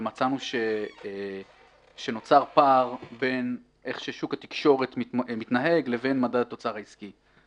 ומצאנו שנוצר פער בין איך ששוק התקשורת מתנהג לבין מדד התוצר העסקי.